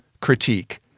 critique